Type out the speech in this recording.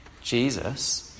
Jesus